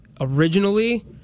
originally